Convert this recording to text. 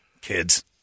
Kids